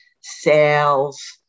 sales